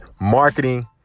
marketing